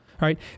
right